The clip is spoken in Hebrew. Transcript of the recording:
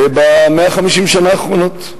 ב-150 השנה האחרונות.